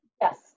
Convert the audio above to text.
Yes